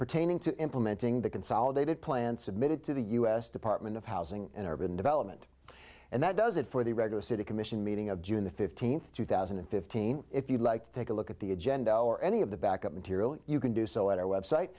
pertaining to implementing the consolidated plan submitted to the u s department of housing and urban development and that does it for the regular city commission meeting of june the fifteenth two thousand and fifteen if you'd like to take a look at the agenda or any of the backup material you can do so at our website